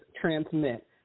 transmit